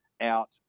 out